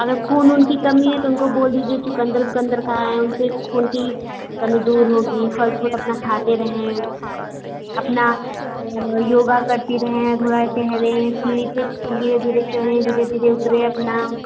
अगर खून वून की कमी है तो उनको बोल दीजिए चुकंदर वुकंदर खाएँ उनके खून की कमी दूर होगी फल फ्रूट अपना खाते रहें अपना योगा करती रहें थोड़ा टहलें सीढ़ी पर धीरे धीरे चढ़ें धीरे धीरे उतरें अपना